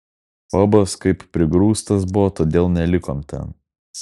pabas kaip prigrūstas buvo todėl nelikom ten